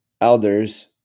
elders